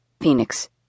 Phoenix